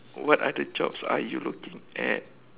what other jobs you are looking at